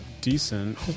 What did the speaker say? Decent